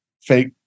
fake